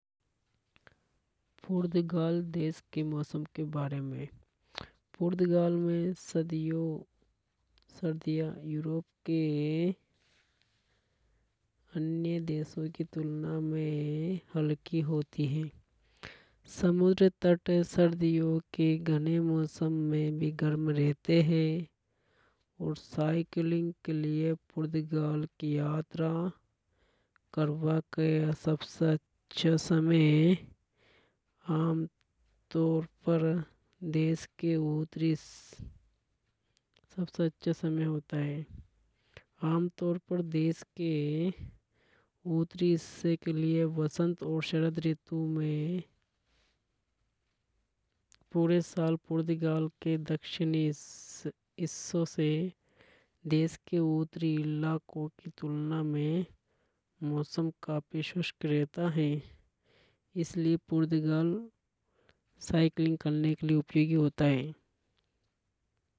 फूर्दगाल देश के मौसम के बारे में फ़ुर्दगल में सदियों सर्दियां यूरोप के अन्य देशों की तुलना में हल्की होती है। समुद्र तट सर्दियो के घने मौसम में गर्म रहते है और साइकिलिंग के लिए फ़ुर्दगाल की यात्रा करबा का यह सबसे अच्छा समय है। आमतौर पर देश के उत्तरी सबसे अच्छा समय होता है। आमतौर पर देश के उत्तरी हिस्से के लिए वसंत और शरद ऋतु में पूरे साल फुर्दगाल के दक्षिणी हिस्सों से देश के उत्तरी इलाको की तुलना में मौसम काफी शुष्क रहता है। इसलिए फुर्दगाल साइकिलिंग करने के लिए उपयोगी होता है।